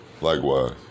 Likewise